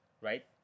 right